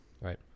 Right